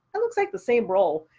it looks like the same role.